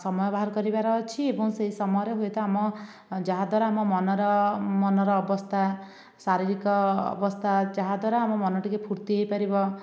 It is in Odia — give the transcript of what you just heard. ସମୟ ବାହାର କରିବାର ଅଛି ଏବଂ ସେହି ସମୟରେ ହୁଏ ତ ଆମ ଯାହାଦ୍ଵାରା ଆମ ମନର ମନର ଅବସ୍ଥା ଶାରୀରିକ ଅବସ୍ଥା ଯାହାଦ୍ଵାରା ଆମ ମନ ଟିକେ ଫୂର୍ତ୍ତି ହୋଇପାରିବ